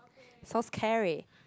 so scary